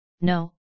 no